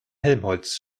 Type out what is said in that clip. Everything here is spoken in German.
helmholtz